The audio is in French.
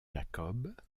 jacob